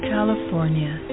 California